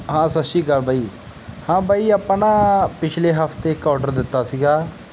ਹਾਂ ਸਤਿ ਸ਼੍ਰੀ ਅਕਾਲ ਬਾਈ ਹਾਂ ਬਾਈ ਆਪਾਂ ਨਾ ਪਿਛਲੇ ਹਫ਼ਤੇ ਇੱਕ ਆਰਡਰ ਦਿੱਤਾ ਸੀਗਾ